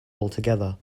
altogether